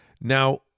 Now